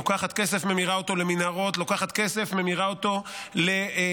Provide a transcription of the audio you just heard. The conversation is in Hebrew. לוקחת כסף וממירה אותו למנהרות,